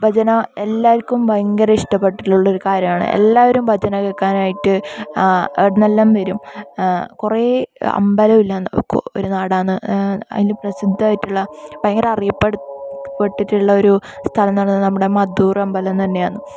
ഭജന എല്ലാവർക്കും ഭയങ്കര ഇഷ്ടപ്പെട്ടിട്ടുള്ള കാര്യമാണ് എല്ലാവരും ഭജന കേൾക്കാനായിട്ട് ആഹ് എവിടുന്നെല്ലാം ബരും കുറേ അമ്പലം എല്ലാം ഒരു നാടാണ് അതിൽ പ്രസിദ്ധമായിട്ടുള്ള ഭയങ്കര അറിയപ്പേഡ് പെട്ടിട്ടുള്ള ഒരു സ്ഥലമെന്നു പറയുന്നത് നമ്മുടെ മദ്ദൂർ അമ്പലം തന്നെയാണ്